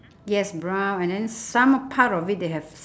yes brown and then some part of it they have s~